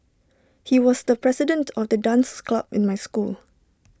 he was the president of the dance club in my school